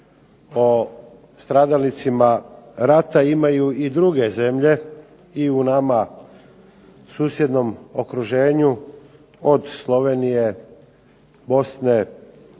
o stradalnicima rata imaju i druge zemlje i u nama susjednom okruženju od Slovenije, Bosne,